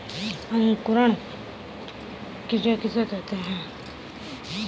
अंकुरण क्रिया किसे कहते हैं?